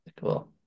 Cool